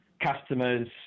customers